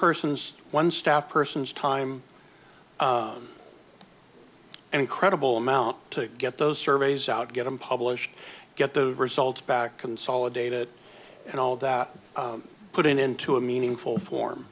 person's one stop person's time an incredible amount to get those surveys out get them published get the results back consolidated and all that put it into a meaningful